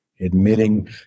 admitting